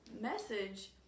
message